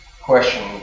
question